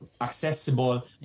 accessible